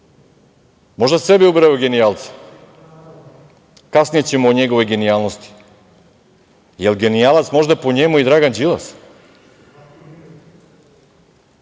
Možda sebe ubraja u genijalce. Kasnije ćemo o njegovoj genijalnosti. Jel genijalac možda po njemu i Dragan Đilas?